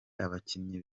abakinnyi